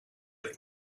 that